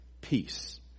peace